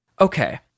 Okay